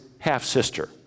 half-sister